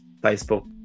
Facebook